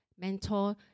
mentor